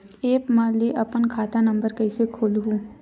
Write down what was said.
App म ले अपन खाता नम्बर कइसे खोलहु?